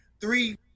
three